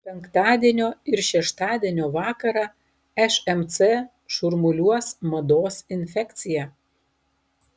penktadienio ir šeštadienio vakarą šmc šurmuliuos mados infekcija